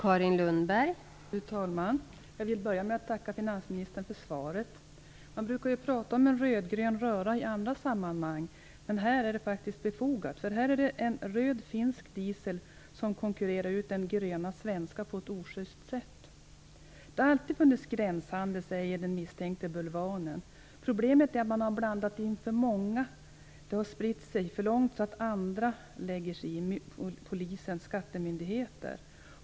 Fru talman! Jag vill börja med att tacka finansministern för svaret. Man brukar prata om en rödgrön röra i andra sammanhang, men här är det faktiskt befogat. Röd finsk diesel konkurrerar ut grön svensk diesel på ett osjyst sätt. Det har alltid funnits gränshandel, säger den misstänkte bulvanen. Problemet är att man har blandat in för många. Det här har spridit sig för långt så att andra lägger sig i - polisen och skattemyndigheter.